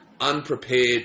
unprepared